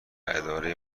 اداره